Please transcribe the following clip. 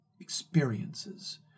experiences